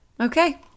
Okay